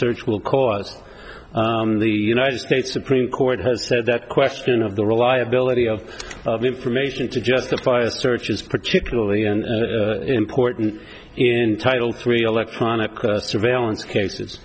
search will cause the united states supreme court has said that question of the reliability of the information to justify a search is particularly important in title three electronic surveillance cases